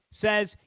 says